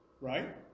right